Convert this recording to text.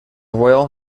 royal